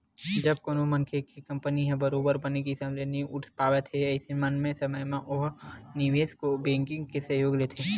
जब कोनो मनखे के कंपनी ह बरोबर बने किसम ले नइ उठ पावत हे अइसन समे म ओहा निवेस बेंकिग के सहयोग लेथे